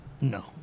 No